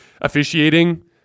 officiating